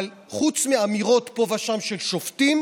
אבל חוץ מהאמירות פה ושם של שופטים